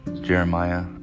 Jeremiah